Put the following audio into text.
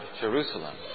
Jerusalem